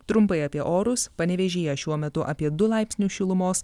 trumpai apie orus panevėžyje šiuo metu apie du laipsnius šilumos